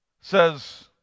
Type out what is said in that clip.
says